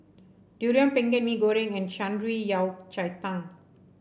Durian Pengat Mee Goreng and Shan Rui Yao Cai Tang